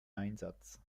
einsatz